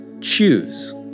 Choose